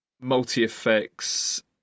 multi-effects